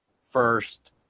first